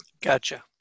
gotcha